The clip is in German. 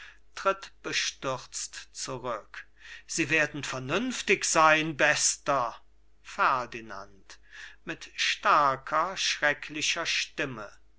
bestürzt zurück sie werden vernünftig sein bester ferdinand mit starker schrecklicher stimme